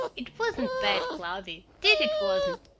it wasn't bad, cloudy, deed it wasn't.